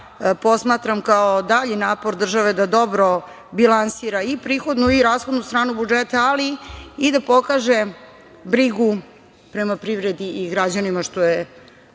posmatram kao dalji napor države da dobro bilansira i prihodnu i rashodnu stranu budžeta, ali i da pokaže brigu prema privredi i građanima, što je